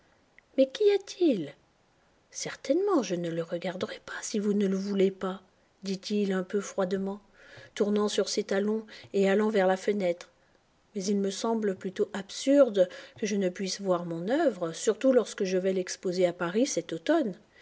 mais qu'y a-t-il certainement je ne le regarderai pas si vous ne le voulez pas dit-il un peu froidement tournant sur ses talons et allant vers la fenêtre mais il me semble plutôt absurde que je ne puisse voir mon œuvre surtout lorsque je vais l'exposer à paris cet automne